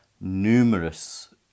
numerous